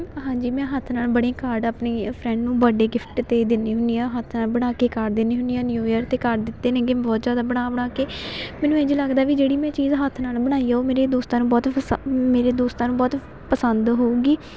ਹਾਂਜੀ ਮੈਂ ਹੱਥ ਨਾਲ ਬਣੇ ਕਾਰਡ ਆਪਣੀ ਫਰੈਂਡ ਨੂੰ ਬਰਡੇ ਗਿਫਟ 'ਤੇ ਦਿੰਦੀ ਹੁੰਦੀ ਹਾਂ ਹੱਥ ਨਾਲ ਬਣਾ ਕੇ ਕਾਰਡ ਦਿੰਦੀ ਹੁੰਦੀ ਹਾਂ ਨਿਊ ਈਅਰ 'ਤੇ ਕਾਰਡ ਦਿੱਤੇ ਨੇਗੇ ਬਹੁਤ ਜ਼ਿਆਦਾ ਬਣਾ ਬਣਾ ਕੇ ਮੈਨੂੰ ਇੰਝ ਲੱਗਦਾ ਵੀ ਜਿਹੜੀ ਮੈਂ ਚੀਜ਼ ਹੱਥ ਨਾਲ ਬਣਾਈ ਆ ਉਹ ਮੇਰੇ ਦੋਸਤਾਂ ਨੂੰ ਬਹੁਤ ਪਸੰ ਮੇਰੇ ਦੋਸਤਾਂ ਨੂੰ ਬਹੁਤ ਪਸੰਦ ਹੋਊਗੀ